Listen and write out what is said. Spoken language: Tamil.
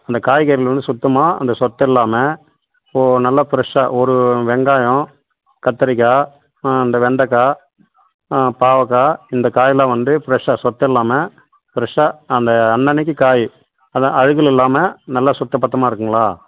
அந்த காய்கறியில வந்து சுத்தமாக அந்த சொத்தை இல்லாமல் ஓ நல்ல ஃப்ரெஷ்ஷாக ஒரு வெங்காயம் கத்தரிக்காய் அந்த வெண்டக்காய் பாவக்காய் இந்த காயெல்லாம் வந்து ஃப்ரெஷ்ஷாக சொத்தை இல்லாமல் ஃப்ரெஷ்ஷாக அந்த அன்னன்னைக்கு காய் அதுதான் அழுக்குகள் இல்லாமல் நல்லா சுத்தப்பத்தமாக இருக்குதுங்களா